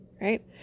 right